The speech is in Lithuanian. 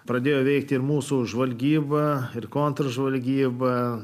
pradėjo veikti ir mūsų žvalgyba ir kontržvalgyba